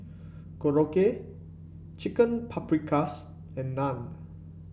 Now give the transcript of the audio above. Korokke Chicken Paprikas and Naan